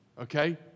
okay